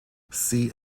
see